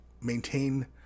maintain